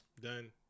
done